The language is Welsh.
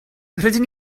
rydyn